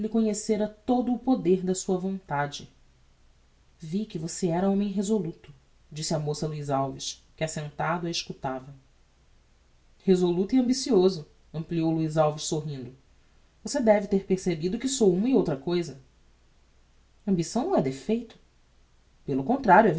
lhe conhecera todo o poder da sua vontade vi que você era homem resoluto disse a moça a luiz alves que assentado a escutava resoluto e ambicioso ampliou luiz alves sorrindo você deve ter percebido que sou uma e outra cousa a ambição não é defeito pelo contrario